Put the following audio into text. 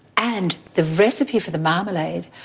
and the recipe for the marmalade,